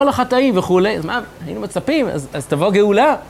כל אחד טעים וכולי, אז מה, היינו מצפים, אז תבוא הגאולה.